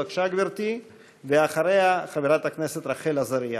בבקשה, גברתי, ואחריה, חברת הכנסת רחל עזריה.